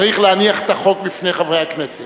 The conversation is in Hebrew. צריך להניח את החוק בפני חברי הכנסת.